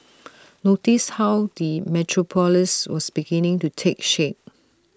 notice how the metropolis was beginning to take shape